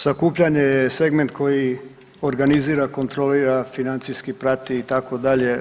Sakupljanje je segment koji organizira, kontrolira, financijski prati itd.